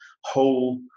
whole